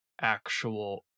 actual